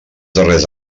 darrers